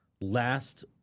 last